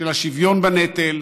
של השוויון בנטל,